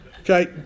Okay